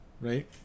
right